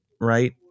Right